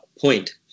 point